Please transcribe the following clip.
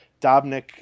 Dobnik